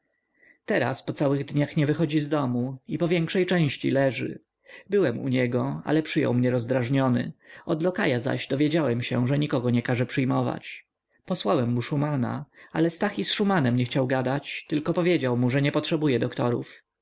teraz po całych dniach nie wychodzi z domu i powiększej części leży byłem u niego ale przyjął mnie rozdrażniony od lokaja zaś dowiedziałem się że nikogo nie każe przyjmować posłałem mu szumana ale stach i z szumanem nie chciał gadać tylko powiedział mu że nie potrzebuje doktorów